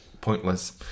pointless